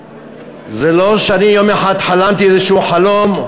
זה לא שאני יום אחד חלמתי איזשהו חלום,